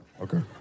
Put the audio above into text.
Okay